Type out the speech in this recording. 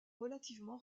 relativement